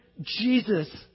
Jesus